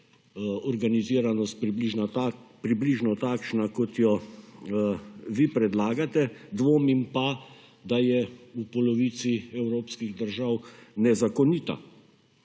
organiziranost približno takšna kot jo vi predlagate dvomim pa, da je v polovici evropskih držav nezakonita.